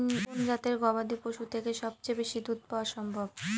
কোন জাতের গবাদী পশু থেকে সবচেয়ে বেশি দুধ পাওয়া সম্ভব?